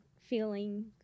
feeling